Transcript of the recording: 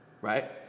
right